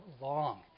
long